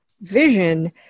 vision